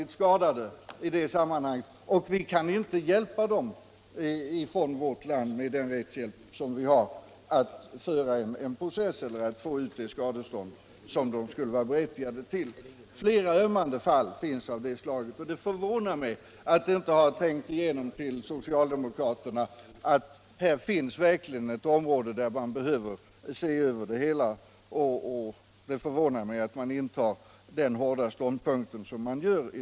Vi kan inte hjälpa dem från vårt land, med den rättshjälp som vi har, att föra en process eller få ut det skadestånd de skulle vara berättigade till. Det finns flera ömmande fall av det slaget och det förvånar mig att det inte trängt igenom till socialdemokraterna. Här finns verkligen ett område som man behöver se över. Jag beklagar därför den hårda ståndpunkt de intar.